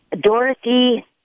Dorothy